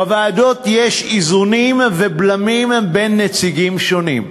בוועדות יש איזונים ובלמים בין נציגים שונים,